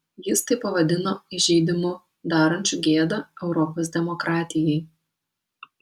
jis tai pavadino įžeidimu darančiu gėdą europos demokratijai